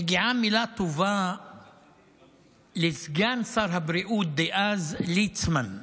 מגיעה מילה טובה לסגן שר הבריאות דאז ליצמן,